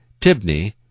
Tibni